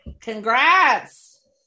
congrats